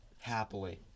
Happily